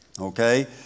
okay